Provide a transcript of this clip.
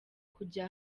kuja